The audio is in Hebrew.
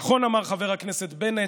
נכון אמר חבר הכנסת בנט: